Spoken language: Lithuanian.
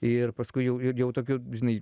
ir paskui jau jau tokiu žinai